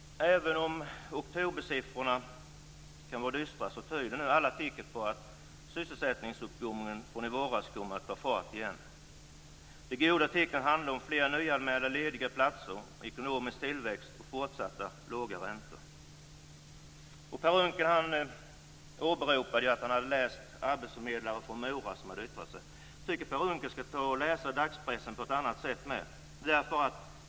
Även om oktobersiffrorna kan tyckas dystra tyder nu alla tecken på att sysselsättningsuppgången från i våras kommer att ta fart igen. De goda tecknen handlar om fler nyanmälda lediga platser, ekonomisk tillväxt och fortsatt låga räntor. Per Unckel åberopade att han läst vad arbetsförmedlare från Mora hade yttrat sig om. Jag tycker att Per Unckel skall ta och läsa dagspressen också på ett annat sätt.